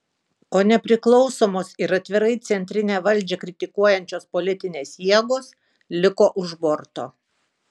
o nepriklausomos ir atvirai centrinę valdžią kritikuojančios politinės jėgos liko už borto